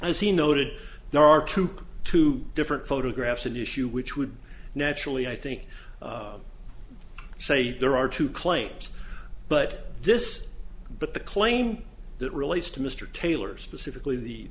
he noted there are two two different photographs in issue which would naturally i think say there are two claims but this but the claim that relates to mr taylor specifically the